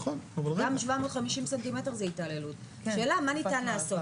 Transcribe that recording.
הכוונה היא להיצמד לחקיקה אירופאית, וכפי ששמעתם,